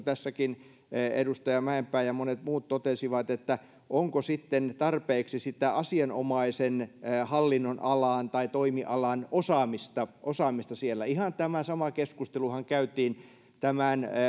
tässäkin edustaja mäenpää ja monet muut totesivat että onko sitten tarpeeksi sitä asianomaisen hallinnonalan tai toimialan osaamista osaamista siellä ihan tämä sama keskusteluhan käytiin tämän